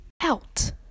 Out